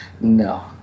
no